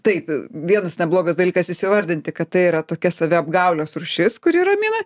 taip vienas neblogas dalykas įsivardinti kad tai yra tokia saviapgaulės rūšis kuri ramina